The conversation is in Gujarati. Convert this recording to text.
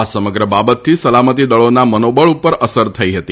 આ સમગ્ર બાબતથી સલામતી દળોના મનોબળ ઉપર અસર થઇ હતી